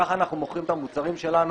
כך אנו מוכרים את המוצרים שלנו.